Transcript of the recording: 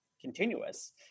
continuous